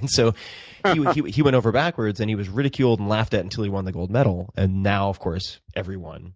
and so he he went over backwards, and he was ridiculed and laughed at until he won the gold medal, and now of course, everyone